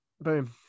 Boom